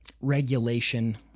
regulation